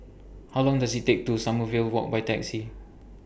How Long Does IT Take to Sommerville Walk By Taxi